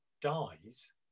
dies